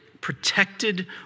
protected